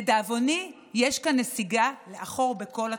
לדאבוני, יש כאן נסיגה לאחור בכל התחומים.